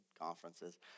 conferences